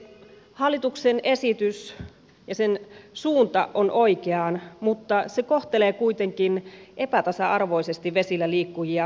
hallituksen esityksen suunta on oikea mutta se kohtelee kuitenkin epätasa arvoisesti vesilläliikkujia